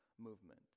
movement